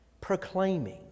proclaiming